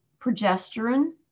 progesterone